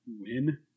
win